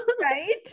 Right